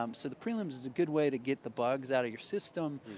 um so the prelims is a good way to get the bugs out of your system,